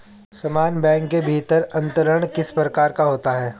समान बैंक के भीतर अंतरण किस प्रकार का होता है?